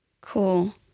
Cool